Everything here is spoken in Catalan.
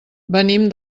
venim